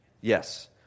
Yes